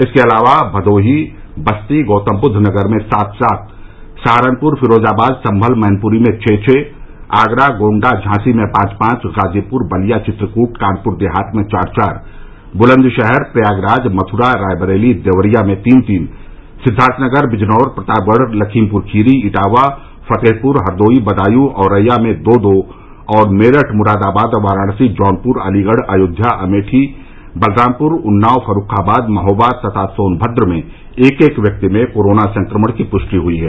इसके अलावा भदोही बस्ती गौतमबुद्ध नगर में सात सात सहारनपुर फिरोजाबाद संभल मैनपुरी में छः छः आगरा गोण्डा झांसी में पांच पांच गाजीपुर बलिया चित्रकूट कानपुर देहात में चार चार बुलन्दशहर प्रयागराज मथुरा रायबरेली देवरिया में तीन तीन सिद्वार्थनगर बिजनौर प्रतापगढ़ लखीमपुर खीरी इटावा फतेहपुर हरदोई बदायूं औरैया में दो दो और मेरठ मुरादाबाद वाराणसी जौनपुर अलीगढ़ अयोध्या अमेठी बलरामपुर उन्नाव फर्रूखाबाद महोबा तथा सोनभद्र में एक एक व्यक्ति में कोरोना संक्रमण की पुष्टि हुयी है